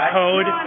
code